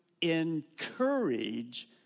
encourage